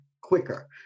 quicker